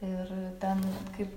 ir ten kaip